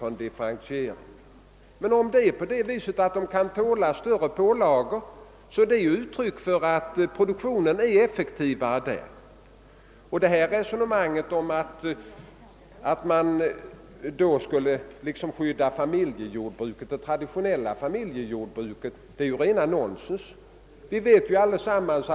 Om det verkligen förhåller sig så att företagen kan tåla större pålagor, tyder ju detta på att produktionen är effektiv och resonemanget om att man vill skydda de traditionella familjejordbruken är i så fall rent nonsens.